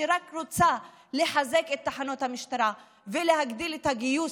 שרק רוצה לחזק את תחנות המשטרה ולהגדיל את הגיוס